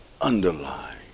underlying